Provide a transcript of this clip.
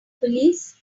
police